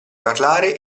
parlare